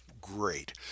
Great